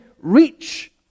reach